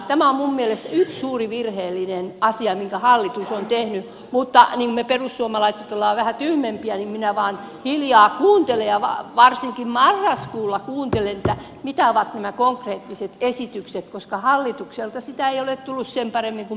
tämä on minun mielestäni yksi suuri virheellinen asia minkä hallitus on tehnyt mutta kun me perussuomalaiset olemme vähän tyhmempiä niin minä vain hiljaa kuuntelen ja varsinkin marraskuulla kuuntelen mitä ovat nämä konkreettiset esitykset koska hallitukselta niitä ei ole tullut sen paremmin kuin meiltä oppositiopuolueiltakaan